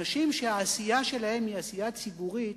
אנשים שהעשייה שלהם היא עשייה ציבורית,